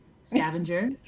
scavenger